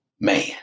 man